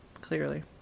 clearly